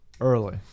Early